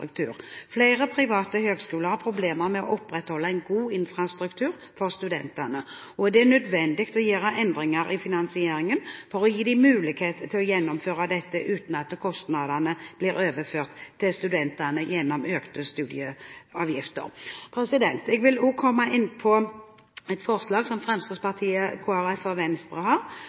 infrastrukturen. Flere private høyskoler har problemer med å opprettholde en god infrastruktur for studentene, og det er nødvendig å gjøre endringer i finansieringen for å gi dem mulighet til å gjennomføre dette uten at kostnadene blir overført til studentene gjennom økte studieavgifter. Jeg vil også komme inn på et forslag som Fremskrittspartiet, Kristelig Folkeparti og Venstre har,